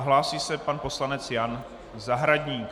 Hlásí se pan poslanec Jan Zahradník.